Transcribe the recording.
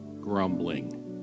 grumbling